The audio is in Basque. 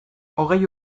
hogei